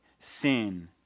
sin